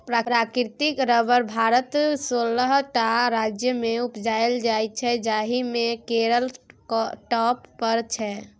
प्राकृतिक रबर भारतक सोलह टा राज्यमे उपजाएल जाइ छै जाहि मे केरल टॉप पर छै